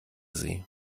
sie